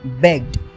begged